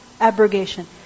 abrogation